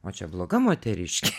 o čia bloga moteriškė